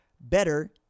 better